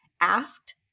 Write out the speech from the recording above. asked